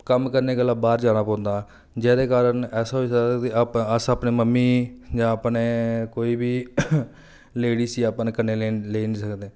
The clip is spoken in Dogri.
कम्म करने गल्ला बाहर जाना पौंदा जेह्दे कारण ऐसा होई सकदा कि अस अपनी मम्मी जां अपने कोई बी लेडी अपने कन्नै लेई निं सकदे